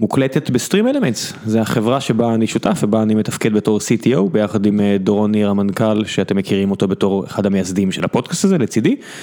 מוקלטת ב-Stream Elements, זו החברה שבה אני שותף ובה אני מתפקד בתור CTO ביחד עם דורוני המנכל שאתם מכירים אותו בתור אחד המייסדים של הפודקאסט הזה לצידי.